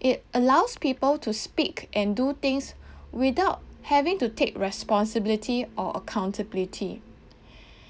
it allows people to speak and do things without having to take responsibility or accountability